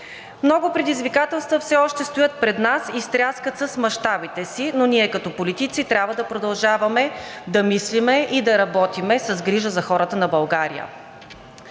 Много предизвикателства все още стоят пред нас и стряскат с мащабите си, но ние като политици трябва да продължаваме да мислим и да работим с грижа за хората на България.